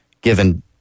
given